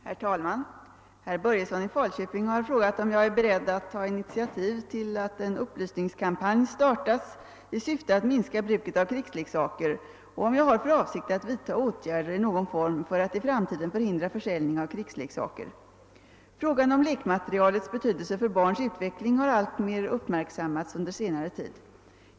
de: Herr talman! Herr Börjesson i Fal köping har frågat om jag är beredd att ta initiativ till att en upplysningskampanj startas i syfte att minska bruket av krigsleksaker och om jag har för avsikt att vidtaga åtgärder i någon form för att i framtiden förhindra försäljning av krigsleksaker. Frågan om lekmaterialets betydelse för barns utveckling har alltmer uppmärksammats under senare tid.